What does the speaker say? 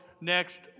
next